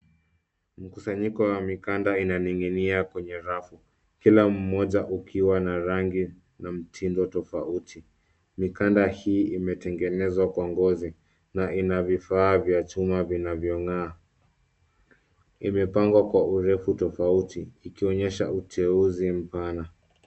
Mkusanyiko wa mikanda inaning'inia kwenye rafu kila mmoja ukiwa na rangi na mtindo tofauti. Mikanda hii imetengenezwa kwa ngozi na ina vifaa vya chuma vinavyong'aa. Imepangwa kwa urefu tofauti ikionyesha uteuzi mpana.